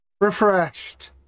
refreshed